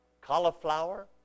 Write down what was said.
cauliflower